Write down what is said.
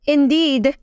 Indeed